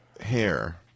hair